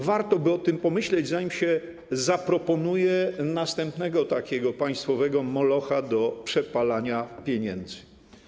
Warto by o tym pomyśleć, zanim się zaproponuje następnego takiego państwowego molocha do przepalania pieniędzy.